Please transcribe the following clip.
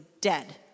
dead